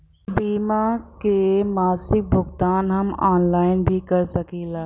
बीमा के मासिक भुगतान हम ऑनलाइन भी कर सकीला?